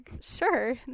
sure